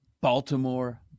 Baltimore